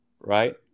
right